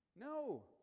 No